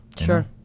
Sure